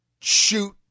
shoot